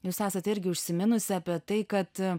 jūs esate irgi užsiminusi apie tai kad